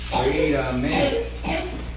Amen